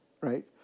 Right